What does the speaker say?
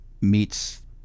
meets